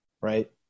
right